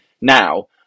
now